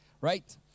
right